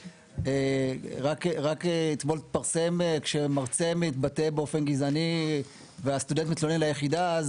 רק אתמול התפרסם שמרצה מתבטא באופן גזעני והסטודנט מתלונן ליחידה,